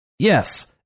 Yes